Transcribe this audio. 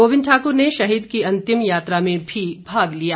गोविंद ठाकुर ने शहीद की अंतिम यात्रा में भी भाग लिया